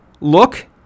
look